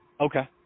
Okay